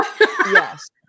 yes